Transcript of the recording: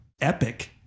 epic